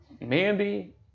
Mandy